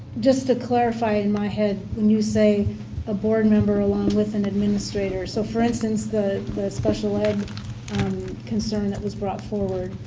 just to clarify in my head, when you say a board member along with and administrator. so for instance, the special ed concern that was brought forward,